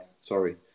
Sorry